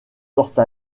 porte